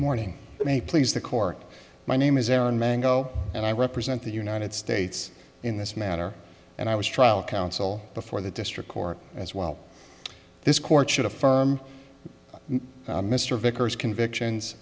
morning may please the court my name is aaron mango and i represent the united states in this matter and i was trial counsel before the district court as well this court should affirm mr vickers convictions